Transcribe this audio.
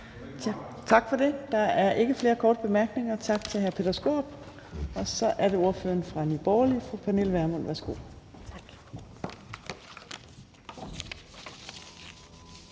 Tak for det. Der er ikke flere korte bemærkninger, så tak til hr. Peter Skaarup. Og så er det ordføreren fra Nye Borgerlige, fru Pernille Vermund.